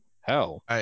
hell